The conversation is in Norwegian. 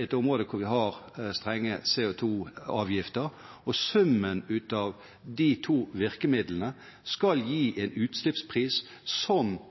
et område hvor man har høye CO 2 -avgifter. Summen av de to virkemidlene skal gi en utslippspris som